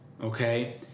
Okay